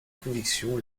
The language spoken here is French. conviction